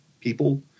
people